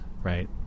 right